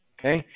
Okay